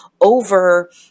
over